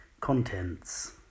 Contents